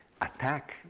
attack